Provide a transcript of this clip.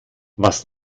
was